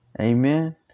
Amen